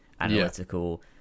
analytical